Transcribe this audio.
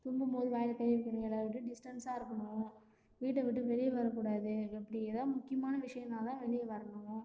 தும்மும் போது வாய்ல கை வைக்கணும் எல்லாருடையும் டிஸ்டன்ஸாக இருக்கணும் வீட்டை விட்டு வெளியே வரக்கூடாது அப்படி ஏதாவது முக்கியமான விஷயம்னால் தான் வெளியே வரணும்